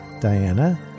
Diana